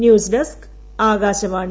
news desk Akashvani